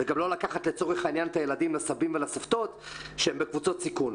וגם לא לקחת לצורך העניין את הילדים לסבים ולסבתות שהם בקבוצות סיכון.